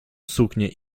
suknie